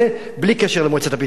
בלי קשר למועצת הביטחון,